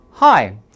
Hi